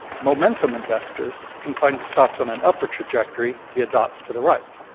momentum investors can find stocks on an upward trajectory via dots to the right.